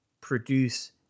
produce